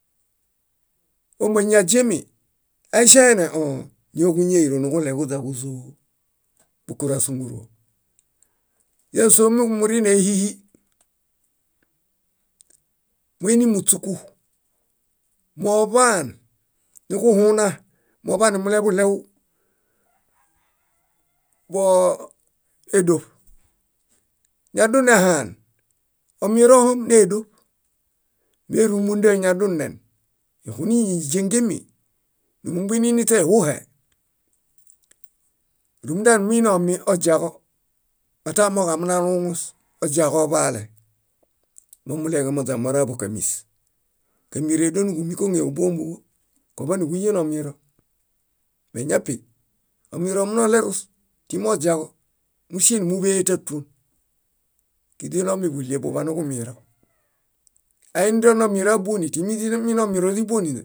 . Ómañi aźiemi. Aiŝaene? Õõ. Ñóġuñairo niġuɭe kóźaġozoo bókorasunguruo. Ñásoo momurine éhihi. Muini múśuku. Moḃaan nuġuhuna. Moḃanumuleḃuɭew boo édoṗ. Ñadunẽ haan, omirohom nédoṗ. Mérumunda ñadunen, ñíxuniñiźiengemi, numumbuininiśehuhe, rúmunda numuinoźiaġo mata amooġo amunaluuŋus, oźiaġo oḃaale. Momuɭeġemoźamora bókamis. Kámiredoniġumikongẽkobuombuġo koḃaniġuyenomiro. Meñapi, omiroomunoɭerus timi oźiaġo músienumuḃeyetatuon. Kiźiɭomi búɭie buḃaniġumiro. Aininomiro ábuoni timiźiiminomiro źíbuoninźe,